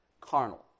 carnal